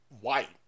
white